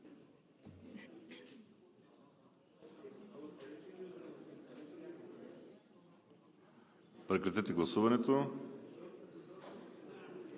Прекратете гласуването